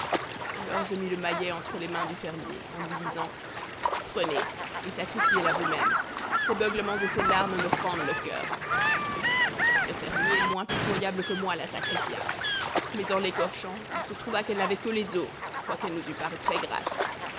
alors je mis le maillet entre les mains du fermier en lui disant prenez et sacrifiez la vous-même ses beuglements et ses larmes me fendent le coeur le fermier moins pitoyable que moi la sacrifia mais en l'écorchant il se trouva qu'elle n'avait que les os quoiqu'elle nous eût paru